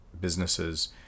businesses